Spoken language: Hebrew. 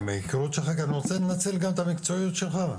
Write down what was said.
מההיכרות שלך אני גם רוצה לנצל גם את המקצועיות שלך,